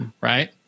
Right